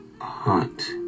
hunt